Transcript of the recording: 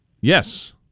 Yes